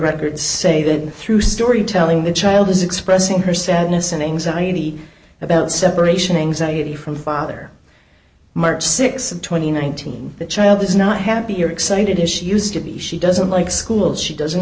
records say that through storytelling the child is expressing her sadness and anxiety about separation anxiety from father mark sixty two thousand and nineteen the child is not happy or excited is she used to be she doesn't like school she doesn't